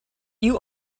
you